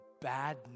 bad